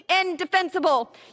indefensible